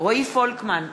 רועי פולקמן,